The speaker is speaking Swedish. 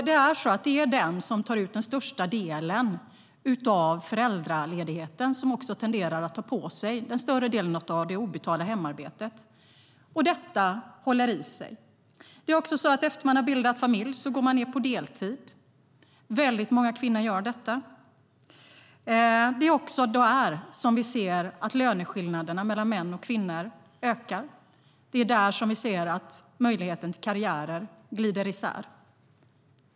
Det är de som tar ut den största delen av föräldraledigheten som också tenderar att ta på sig den större delen av det obetalda hemarbetet. Och detta håller i sig. Väldigt många kvinnor går också ned på deltid efter att ha bildat familj. Det är där vi ser att löneskillnaderna mellan män och kvinnor ökar. Det är där vi ser att möjligheterna till karriär glider isär.